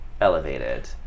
Elevated